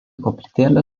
koplytėlė